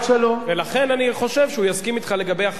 ולכן אני חושב שהוא יסכים אתך לגבי החיים המשותפים.